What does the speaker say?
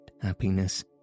happiness